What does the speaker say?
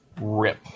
rip